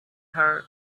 her